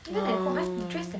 oh